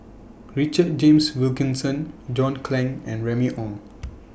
Richard James Wilkinson John Clang and Remy Ong